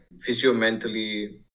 physio-mentally